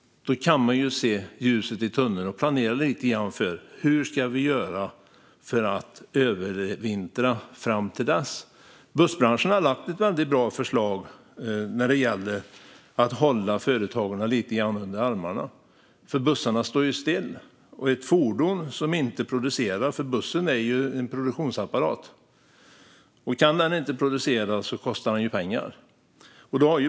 Då kan man se ljuset i tunneln och planera lite för hur man ska göra för att övervintra fram till dess. Bussbranschen har lagt fram ett väldigt bra förslag när det gäller att hålla företagarna lite under armarna. Bussarna står ju still. Och ett fordon som inte producerar - bussen är ju en produktionsapparat - kostar pengar.